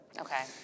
Okay